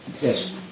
Yes